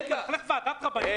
--- מלכלך על ועדת רבנים?